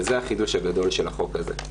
וזה החידוש הגדול של החוק הזה.